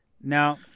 Now